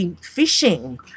fishing